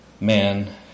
man